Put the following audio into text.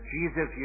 Jesus